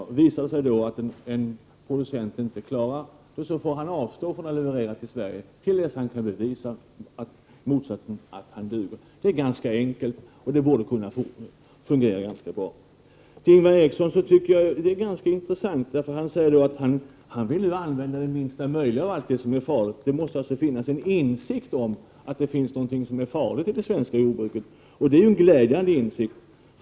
Om det då visar sig att en producent inte uppfyller bestämmelserna, får han avstå från att leverera till Sverige till dess han kan bevisa att hans uppgifter är sanna. Detta är ganska enkelt, och det borde fungera rätt bra. Jag tycker att det Ingvar Eriksson säger är ganska intressant. Han vill använda det minsta möjliga av allt det som är farligt. Han måste alltså ha en insikt om att det finns något som är farligt i det svenska jordbruket. Det är en glädjande insikt.